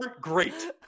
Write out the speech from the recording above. great